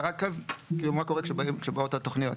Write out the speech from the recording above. ורק אז, כאילו מה קורה כשבאות התוכניות.